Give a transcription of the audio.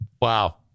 Wow